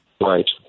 Right